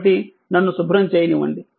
కాబట్టి నన్ను శుభ్రం చేయనివ్వండి